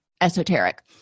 esoteric